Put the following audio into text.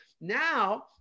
Now